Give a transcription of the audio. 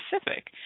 specific